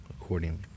Accordingly